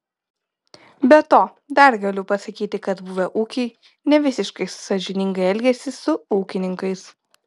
be to dar galiu pasakyti kad buvę ūkiai nevisiškai sąžiningai elgiasi su ūkininkais